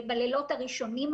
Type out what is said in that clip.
בלילות הראשונים.